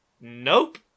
nope